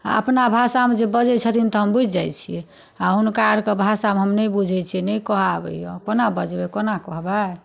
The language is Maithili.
आओर अपना भाषामे जे बजै छथिन तऽ हम बुझि जाइ छियै आओर हुनका अरके भाषामे हम नहि बुझै छियै नहि कहऽ आबैय कोना बजबै कोना कहबै